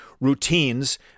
routines